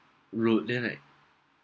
road then like